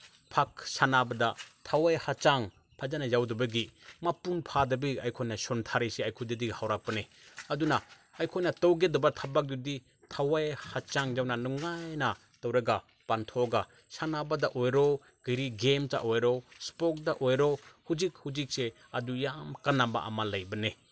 ꯊꯥꯛ ꯁꯥꯟꯅꯕꯗ ꯊꯋꯥꯏ ꯍꯛꯆꯥꯡ ꯐꯖꯅ ꯌꯥꯎꯗꯕꯒꯤ ꯃꯄꯨꯡ ꯐꯥꯗꯕꯒꯤ ꯑꯩꯈꯣꯏꯅ ꯁꯣꯟꯊꯔꯤꯁꯦ ꯑꯩꯈꯣꯏ ꯑꯗꯨꯗꯒꯤ ꯍꯧꯔꯛꯄꯅꯤ ꯑꯗꯨꯅ ꯑꯩꯈꯣꯏꯅ ꯇꯧꯒꯗꯕ ꯊꯕꯛ ꯑꯗꯨꯗꯤ ꯊꯋꯥꯏ ꯍꯛꯆꯥꯡ ꯌꯥꯎꯅ ꯅꯨꯡꯉꯥꯏꯅ ꯇꯧꯔꯒ ꯄꯥꯡꯊꯣꯛꯑꯒ ꯁꯥꯟꯅꯕꯗ ꯑꯣꯏꯔꯣ ꯀꯔꯤ ꯒꯦꯝꯗ ꯑꯣꯏꯔꯣ ꯏꯁꯄꯣꯔꯠꯇ ꯑꯣꯏꯔꯣ ꯍꯧꯖꯤꯛ ꯍꯧꯖꯤꯛꯁꯦ ꯑꯗꯨ ꯌꯥꯝ ꯀꯥꯟꯅꯕ ꯑꯃ ꯂꯩꯕꯅꯤ